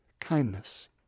kindness